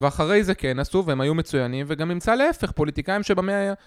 ואחרי זה כן, עשו והם היו מצוינים, וגם נמצא להפך, פוליטיקאים שבמאה ה...